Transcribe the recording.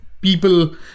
people